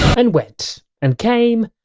and went. and came,